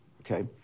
okay